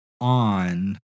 on